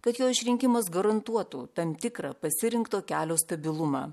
kad jo išrinkimas garantuotų tam tikrą pasirinkto kelio stabilumą